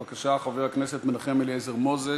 בבקשה, חבר הכנסת מנחם אליעזר מוזס.